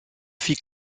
fille